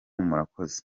murakoze